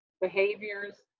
behaviors